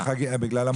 אה, בגלל החגים?